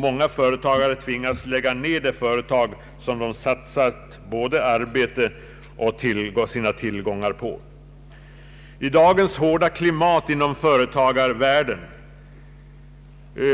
Många tvingas också lägga ned företag som de satsat både arbete och tillgångar på. I dagens hårda klimat inom företagarvärlden,